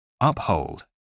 Uphold